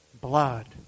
Blood